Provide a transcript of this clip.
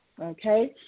okay